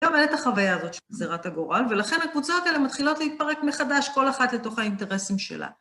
גם עלית החוויה הזאת של חזירת הגורל ולכן הקבוצות האלה מתחילות להתפרק מחדש כל אחת לתוך האינטרסים שלה.